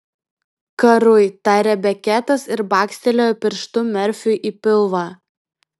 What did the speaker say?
karui tarė beketas ir bakstelėjo pirštu merfiui į pilvą